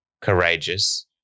courageous